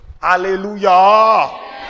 Hallelujah